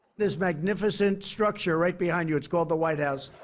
this magnificent structure right behind you, it's called the white house.